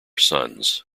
sons